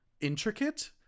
intricate